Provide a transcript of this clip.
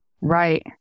Right